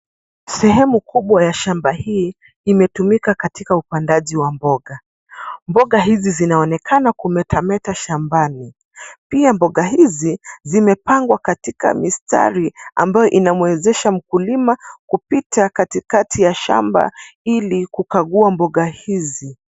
Sehemu kubwa ya shamba hii imetumika katika upandaji wa mboga. Mboga hizi zinaonekana kumetameta shambani, pia mboga hizi zimepangwa katika mistari ambayo inamwezesha mkulima kupitia katikati ya shamba ili kugakua mboga hizi.